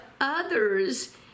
others